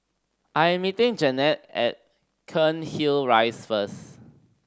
I am meeting Janet at Cairnhill Rise first